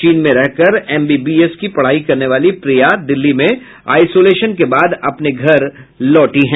चीन में रहकर एमबीएसएस की पढ़ाई करने वाली प्रिया दिल्ली में आइसोलेशन के बाद अपने घर लौटी हैं